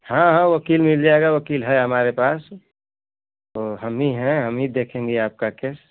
हाँ हाँ वकील मिल जाएगा वकील है मेरे पास तो हम हीं हैं हम हीं देखेंगे आपका केस